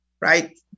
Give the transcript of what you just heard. right